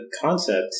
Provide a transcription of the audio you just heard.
concept